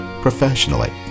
professionally